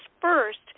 first